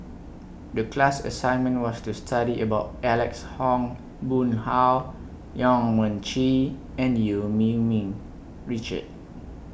The class assignment was to study about Alex Ong Boon Hau Yong Mun Chee and EU Yee Ming Richard